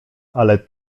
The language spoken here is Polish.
ale